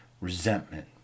resentment